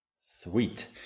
Sweet